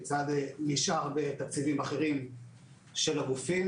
לצד שאר תקציבים אחרים של הגופים